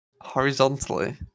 Horizontally